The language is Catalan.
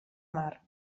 mar